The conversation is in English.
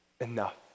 enough